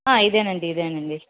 ఆ ఇదేనండి ఇదేనండి